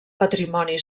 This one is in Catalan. patrimoni